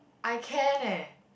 I can leh